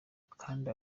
kandi